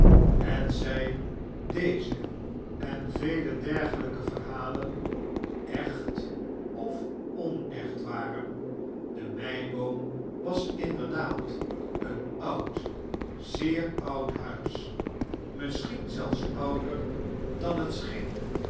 hetzij deze en vele dergelijke verhalen echt of onecht waren de meiboom was inderdaad een oud zeer oud huis misschien zelfs ouder dan